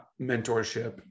mentorship